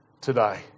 today